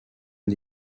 une